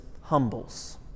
humbles